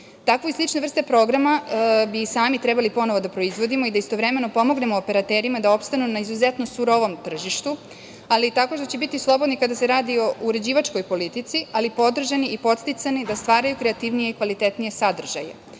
i slične vrste programa bi sami trebali ponovo da proizvodimo i da istovremeno pomognemo operaterima da opstanu na izuzetno surovom tržištu, ali tako što će biti slobodni kada se radi o uređivačkoj politici, ali podržani i podsticani da stvaraju kreativnije i kvalitetnije sadržaje. Kao